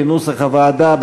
כנוסח הוועדה,